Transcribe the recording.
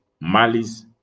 malice